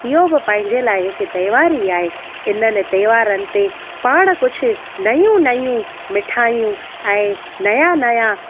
इहो बि पंहिंजे लाइ हिकु त्योहारु ई आहे इन्हनि त्योहारनि ते पाण कुझु नयूं नयूं मिठायूं ऐं नया नया